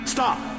Stop